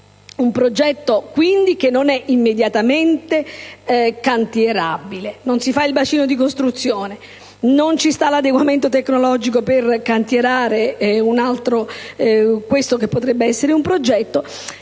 un progetto quindi non immediatamente cantierabile. Non si fa il bacino di costruzione, non si fa l'adeguamento tecnologico per cantierare questo possibile progetto,